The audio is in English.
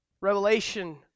Revelation